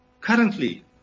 currently